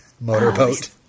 motorboat